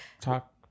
Talk